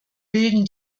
bilden